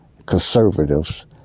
Conservatives